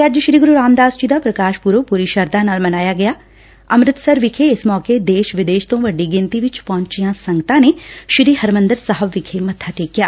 ਅੱਜ ਸ੍ਸੀ ਗੁਰੁ ਰਾਮਦਾਸ ਜੀ ਦਾ ਪੁਕਾਸ਼ ਪੁਰਬ ਪੁਰੀ ਸ਼ਰਧਾ ਨਾਲ ਮਨਾਇਆ ਗਿਆ ਅੰਮੁਤਸਰ ਵਿਖੇ ਇਸ ਮੌਕੇ ਦੇਸ਼ ਵਿਦੇਸ਼ ਤੋ ਵੱਡੀ ਗਿਣਤੀ ਵਿਚ ਪਹੁੰਚੀਆਂ ਸੰਗਤਾਂ ਨੇ ਸ੍ਰੀ ਹਰਿਮੰਦਰ ਸਾਹਿਬ ਵਿਖੇ ਮੱਬਾ ਟੇਕਿਆ